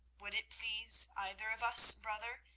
would it please either of us, brother,